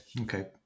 okay